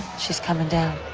she's coming down.